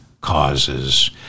causes